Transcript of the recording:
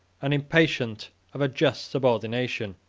and impatient of a just subordination.